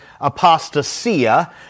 apostasia